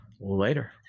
Later